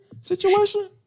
situation